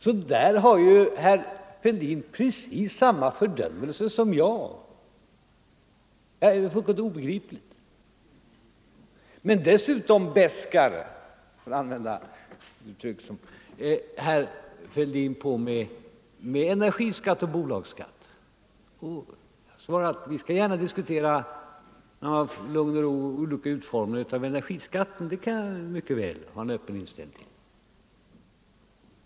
Här är alltså herr Fälldin i precis samma fördömelse som jag, och hans resonemang är därför fullkomligt obegripligt. Men dessutom beskar — för att använda det uttrycket — herr Fälldin på med energiskatten och bolagsskatten. Och vi skall gärna i lugn och ro diskutera olika utformningar av energiskatten; där kan jag mycket väl ha en öppen inställning.